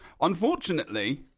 Unfortunately